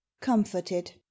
Comforted